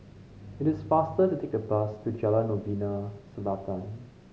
it is faster to take the bus to Jalan Novena Selatan